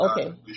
okay